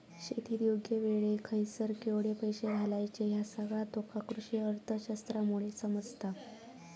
शेतीत योग्य वेळेक खयसर केवढे पैशे घालायचे ह्या सगळा तुका कृषीअर्थशास्त्रामुळे समजता